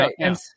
right